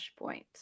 Flashpoint